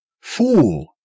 Fool